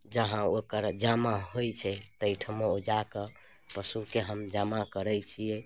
जहाँ ओकर जमा होइत छै ताहिठाम जा कऽ पशुकेँ हम जमा करैत छियै